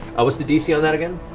what's the dc on that again?